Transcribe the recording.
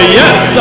yes